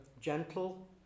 gentle